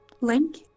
Link